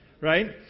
right